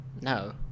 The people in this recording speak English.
No